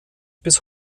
bis